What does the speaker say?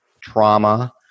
trauma